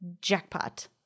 Jackpot